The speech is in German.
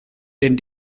denn